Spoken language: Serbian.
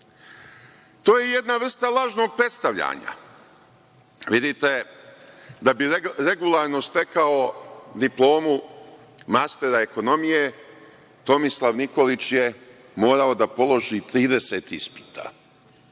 To je jedna vrsta lažnog predstavljanja. Vidite, da bi regularno stekao diplomu mastera ekonomije Tomislav Nikolić je morao da položi 30 ispita.